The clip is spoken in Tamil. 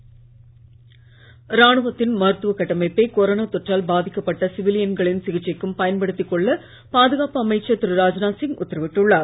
ராஜ்நாத் ராணுவத்தின் மருத்துவ கட்டமைப்பை கொரோனா தொற்றால் பாதிக்கப்பட்ட சிவிலியன்களின் சிகிச்சைக்கும் பயன்படுத்திக் கொள்ள பாதுகாப்பு அமைச்சர் திரு ராஜ்நாத் சிங் உத்தரவிட்டுள்ளார்